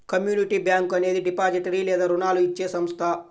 community bank అనేది depository లేదా రుణాలు ఇచ్చే సంస్థ